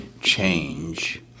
change